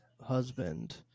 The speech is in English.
husband